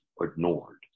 ignored